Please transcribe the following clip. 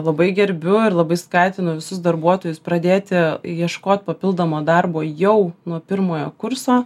labai gerbiu ir labai skatinu visus darbuotojus pradėti ieškot papildomo darbo jau nuo pirmojo kurso